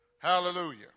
Hallelujah